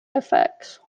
effects